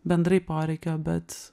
bendrai poreikio bet